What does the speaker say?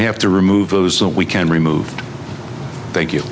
we have to remove those that we can remove thank you